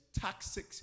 toxic